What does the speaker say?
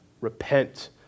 Repent